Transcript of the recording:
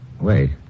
Wait